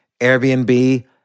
Airbnb